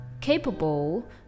capable